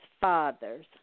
father's